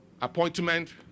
Appointment